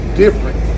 different